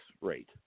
rate